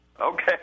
Okay